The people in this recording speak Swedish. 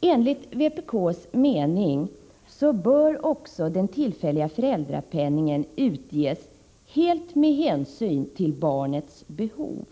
Enligt vpk:s mening bör också den tillfälliga föräldrapenningen utges helt med hänsyn till barnets behov.